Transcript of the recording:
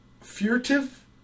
Furtive